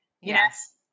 Yes